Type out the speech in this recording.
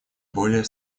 более